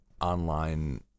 online